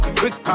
brick